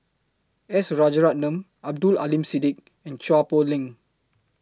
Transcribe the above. S Rajaratnam Abdul Aleem Siddique and Chua Poh Leng